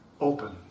open